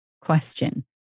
question